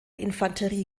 infanterie